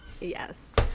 Yes